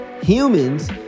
Humans